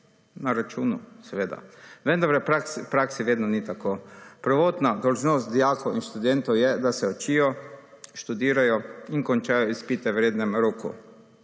na računu, seveda, vendar v praksi vedno ni tako. Prvotna dolžnost dijakov in študentov je, da se učijo, študirajo in končajo izpite v rednem roku.